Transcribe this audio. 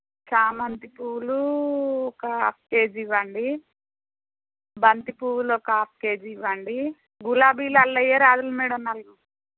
చామంతి పూలు ఒక ఆఫ్ కేజీ ఇవ్వండి బంతిపూలు ఒక ఆఫ్ కేజీ ఇవ్వండి గులాబీలు అలా ఇవ్వరాదు మేడమ్ నాలుగు